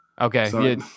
okay